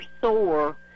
sore